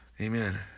amen